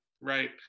right